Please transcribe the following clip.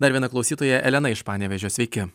dar viena klausytoja elena iš panevėžio sveiki